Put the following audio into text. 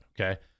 okay